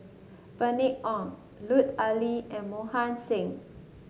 Bernice Ong Lut Ali and Mohan Singh